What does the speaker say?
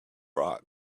rock